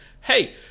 hey